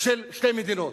של שתי מדינות.